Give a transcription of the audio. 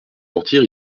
sortir